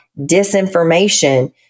disinformation